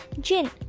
gin